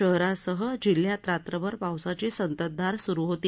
शहरासह जिल्ह्यात रात्रभर पावसाची संततधार सुरु होती